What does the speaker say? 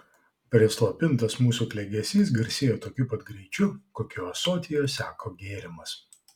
prislopintas mūsų klegesys garsėjo tokiu pat greičiu kokiu ąsotyje seko gėrimas